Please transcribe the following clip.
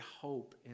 hope